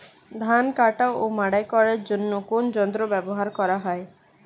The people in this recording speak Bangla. ধান কাটা ও মাড়াই করার জন্য কোন যন্ত্র ব্যবহার করা হয়?